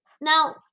now